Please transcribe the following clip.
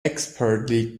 expertly